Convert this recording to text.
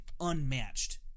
unmatched